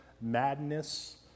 madness